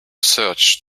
search